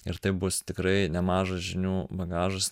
ir taip bus tikrai nemažas žinių bagažas